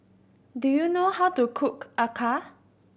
do you know how to cook acar